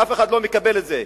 אף אחד לא מקבל את זה.